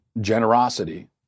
generosity